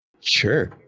Sure